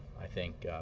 i think,